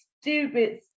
stupid